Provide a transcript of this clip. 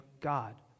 God